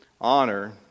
honor